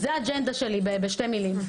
זה האג'נדה שלי בשתי מילים.